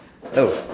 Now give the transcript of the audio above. hello